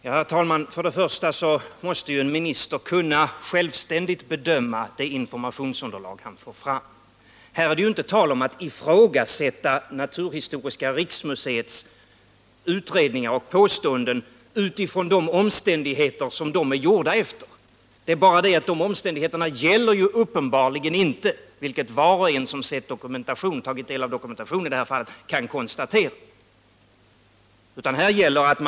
Herr talman! Först och främst måste ju en minister självständigt kunna bedöma det informationsunderlag han får. Här är det ju inte tal om att ifrågsätta naturhistoriska riksmuseets utredningar och påståenden på basis av de omständigheter som ligger till grund för dem. Det är bara det att dessa omständigheter uppenbarligen inte gäller, vilket var och en som har tagit del av dokumentationen kan konstatera.